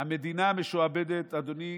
המדינה משועבדת, אדוני